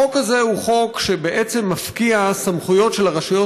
החוק הזה בעצם מפקיע סמכויות של הרשויות